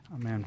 Amen